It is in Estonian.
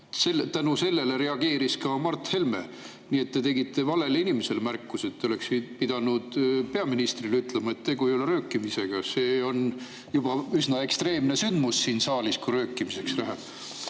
Selle tõttu reageeris ka Mart Helme. Nii et te tegite valele inimesele märkuse, te oleksite pidanud peaministrile ütlema, et tegu ei ole röökimisega. See on juba üsna ekstreemne sündmus siin saalis, kui röökimiseks läheb.